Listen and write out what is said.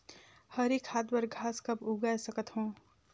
हरी खाद बर घास कब उगाय सकत हो?